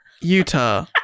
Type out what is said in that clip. Utah